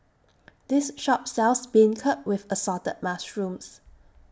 This Shop sells Beancurd with Assorted Mushrooms